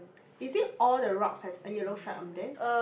is it all the rocks has a yellow stripe on they